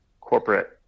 corporate